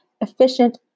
efficient